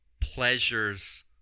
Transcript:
pleasures